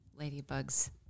ladybugs